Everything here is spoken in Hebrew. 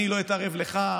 אני לא אתערב לך,